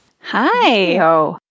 Hi